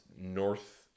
north